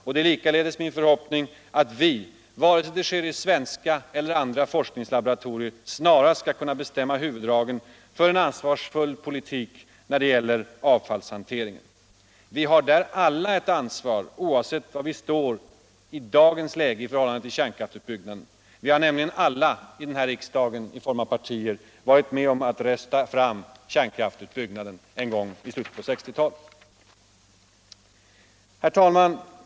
Det är likaledes min förhoppning alt vi, oavsett om det sker på basis av resultat som nåtts i svenska eller andra forskningslaboratorier, snarast skall kunna bestämma huvuddragen för en ansvarsfull politik när det gäller avfallshanteringen. Vi har där alla ctt ansvar, oavsett var vi står i dagens läge i förhållande tuill kärn Allmänpolitisk debatt Allmänpolitisk debatt kraftsutbyggnaden. Alla partier i den här riksdagen har nämligen varit med om att rösta fram kärnkraftsutbyggnaden en gång i slutet av 1960 talet. Herr talman!